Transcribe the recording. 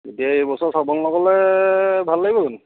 এতিয়া এই বছৰ চাবলৈ নগ'লে ভাল লাগিব জানো